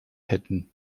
hätten